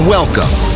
Welcome